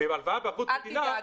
ועם הלוואה בערבות מדינה --- אל תדאג,